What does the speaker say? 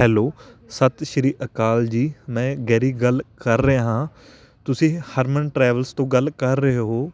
hello ਸਤਿ ਸ਼੍ਰੀ ਅਕਾਲ ਜੀ ਮੈਂ ਗੈਰੀ ਗੱਲ ਕਰ ਰਿਹਾ ਹਾਂ ਤੁਸੀਂ ਹਰਮਨ ਟਰੈਵਲਸ ਤੋਂ ਗੱਲ ਕਰ ਰਹੇ ਹੋ